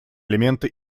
элементы